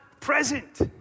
present